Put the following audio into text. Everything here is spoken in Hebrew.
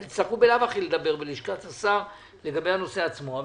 אתם תצטרכו בלאו הכי לדבר בלשכת השר לגבי הנושא עצמו,